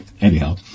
anyhow